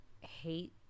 hate